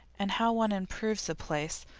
and how one improves a place!